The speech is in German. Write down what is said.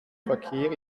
verkehr